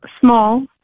small